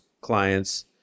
clients